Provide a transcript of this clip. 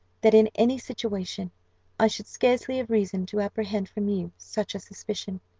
that in any situation i should scarcely have reason to apprehend from you such a suspicion.